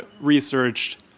researched